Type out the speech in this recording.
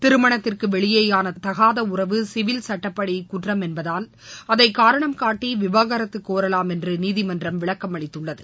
திருமணத்திற்கு வெளியேயான தகாத உறவு சிவில் சட்டப்படி குற்றம் என்பதால் அதை காரணம்காட்டி விவாகரத்து கோரலாம் என்று நீதிமன்றம் விளக்கம் அளித்துள்ளது